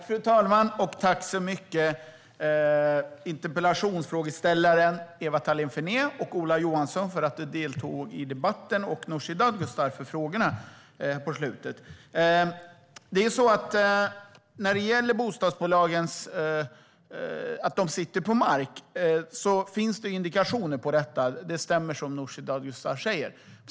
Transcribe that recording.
Fru talman! Jag tackar interpellanten Ewa Thalén Finné så mycket. Jag tackar också Ola Johansson för att han deltog i debatten, och jag tackar Nooshi Dadgostar för frågorna på slutet. Det stämmer som Nooshi Dadgostar säger: Det finns indikationer på att bostadsbolagen sitter på mark.